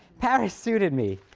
paris suited me.